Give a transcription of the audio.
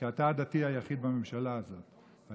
כי אתה הדתי היחיד בממשלה הזאת,